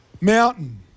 mountain